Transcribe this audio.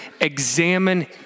examine